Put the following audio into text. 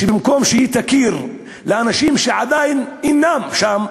שבמקום שהיא תכיר באנשים שעדיין אינם שם,